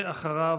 ואחריו,